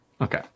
Okay